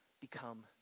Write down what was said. become